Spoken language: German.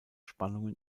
spannungen